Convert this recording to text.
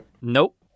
Nope